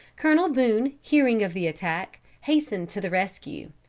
colonel boone, hearing of the attack, hastened to the rescue,